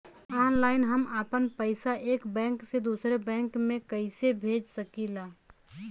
Online हम आपन पैसा एक बैंक से दूसरे बैंक में कईसे भेज सकीला?